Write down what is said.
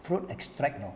fruit extract lor